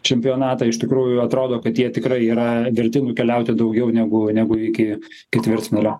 čempionatą iš tikrųjų atrodo kad jie tikrai yra verti nukeliauti daugiau negu negu iki ketvirtfinalio